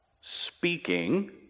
speaking